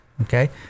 Okay